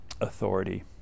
authority